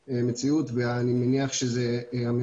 אתם צריכים להבין שיש פה שני